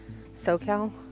SoCal